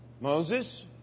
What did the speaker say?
Moses